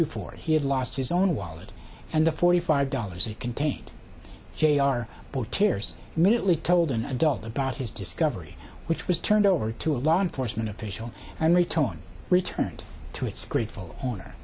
before he had lost his own wallet and the forty five dollars he contained jr for tears minutely told an adult about his discovery which was turned over to a law enforcement official and return returned to its grateful owner